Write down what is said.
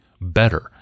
better